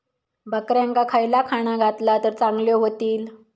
बकऱ्यांका खयला खाणा घातला तर चांगल्यो व्हतील?